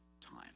time